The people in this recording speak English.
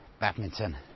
Badminton